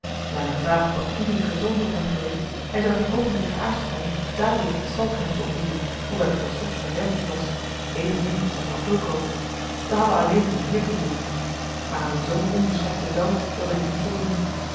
ware de vraag op wat vriendelijker toon tot hem gericht hij zou geen oogenblik geaarzeld hebben dadelijk een stalknecht te ontbieden hoewel het volstrekt zijn werk niet was evenmin als dat van fulco zij hadden alleen hun heer te dienen maar aan een zoo onbeschoft bevel wilde hij niet voldoen